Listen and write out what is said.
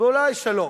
ואולי "שלום".